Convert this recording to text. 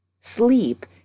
Sleep